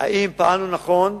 אם פעלנו נכון,